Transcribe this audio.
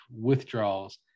withdrawals